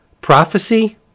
Prophecy